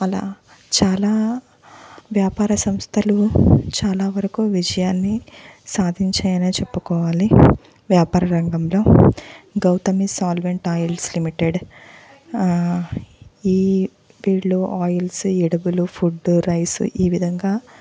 అలా చాలా వ్యాపార సంస్థలు చాలా వరకు విజయాన్ని సాధించాయనే చెప్పుకోవాలి వ్యాపార రంగంలో గౌతమి సాల్వెంట్ ఆయిల్స్ లిమిటెడ్ ఈ వీళ్ళు ఆయిల్సు ఎరువులు ఫుడ్డు రైసు ఈ విధంగా